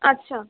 আচ্ছা